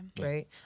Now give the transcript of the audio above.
Right